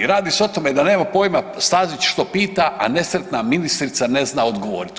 Radi se o tome da nema pojma Stazić što pita, a nesretna ministrica ne zna odgovoriti.